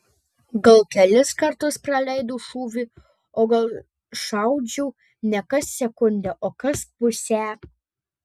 gal kelis kartus praleidau šūvį o gal šaudžiau ne kas sekundę o kas pusę